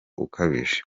ukabije